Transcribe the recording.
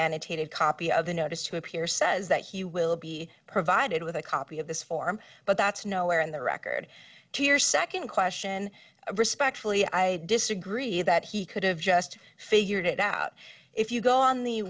annotated copy of the notice to appear says that he will be provided with a copy of this form but that's nowhere in the record to or nd question respectfully i disagree that he could have just figured it out if you go on the